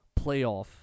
playoff